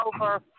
over